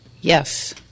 Yes